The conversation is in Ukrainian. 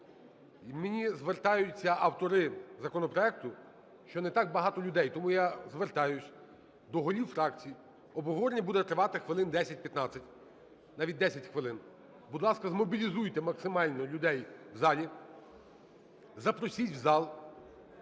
мені звертаються автори законопроекту, що не так багато людей. Тому я звертаюсь до голів фракцій: обговорення буде тривати хвилин 10-15, навіть 10 хвилин, будь ласка, змобілізуйте максимально людей в залі, запросіть у зал.